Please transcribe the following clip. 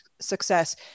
success